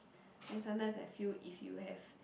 then sometimes I feel if you have